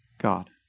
God